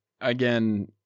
Again